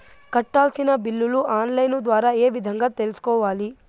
కట్టాల్సిన బిల్లులు online ద్వారా ఏ విధంగా తెలుసుకోవాలి?